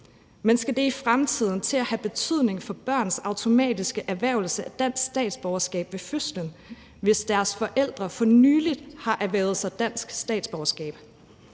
Men skal det i fremtiden til at have betydning for børns automatiske erhvervelse af dansk statsborgerskab ved fødslen, hvis deres forældre for nylig har erhvervet sig dansk statsborgerskab?